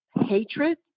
hatred